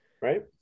right